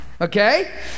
Okay